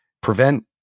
prevent